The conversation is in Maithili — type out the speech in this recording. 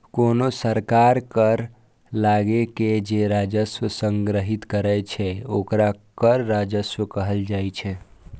कोनो सरकार कर लगाके जे राजस्व संग्रहीत करै छै, ओकरा कर राजस्व कहल जाइ छै